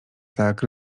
tak